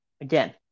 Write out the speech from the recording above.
again